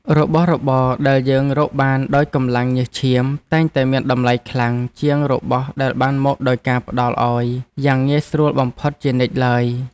របស់របរដែលយើងរកបានដោយកម្លាំងញើសឈាមតែងតែមានតម្លៃខ្លាំងជាងរបស់ដែលបានមកដោយការផ្ដល់ឱ្យយ៉ាងងាយស្រួលបំផុតជានិច្ចឡើយ។